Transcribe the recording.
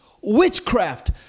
witchcraft